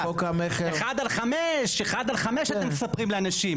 אחד על חמש אתם מספרים לאנשים.